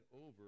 over